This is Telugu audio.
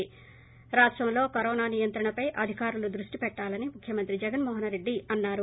ి రాష్టంలో కరోన నియంత్రణపై అధికారులు దృష్టి పెట్టాలని ముఖ్యమంత్రి జగన్మో హన్ రెడ్డి అన్సారు